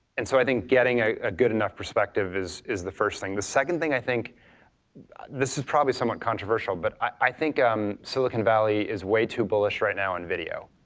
and so i think getting a ah good enough perspective is is the first thing. the second thing i think this is probably somewhat controversial, but i think in um silicon valley is way too bullish right now on video.